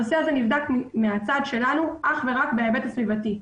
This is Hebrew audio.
הנושא הזה נבדק מהצד שלו אך ורק בהיבט הסביבתי.